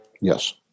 Yes